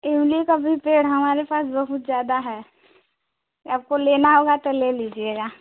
इमली का भी पेड़ हमारे पास बहुत ज्यादा है आपको लेना होगा तो ले लीजिएगा